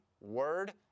word